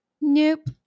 Nope